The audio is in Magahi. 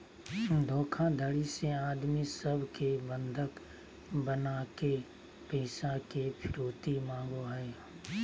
धोखाधडी से आदमी सब के बंधक बनाके पैसा के फिरौती मांगो हय